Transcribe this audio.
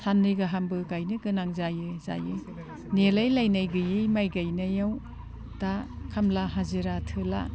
साननै गाहामबो गायनो गोनां जायो नेलाय लायनाय गैयै माइ गायनायाव दा खामला हाजिरा थोला